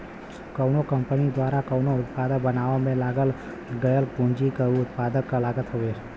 कउनो कंपनी द्वारा कउनो उत्पाद बनावे में लगावल गयल पूंजी उ उत्पाद क लागत हउवे